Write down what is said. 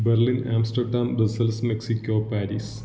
Berlin Amsterdam Brussels Mexico Paris